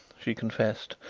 she confessed.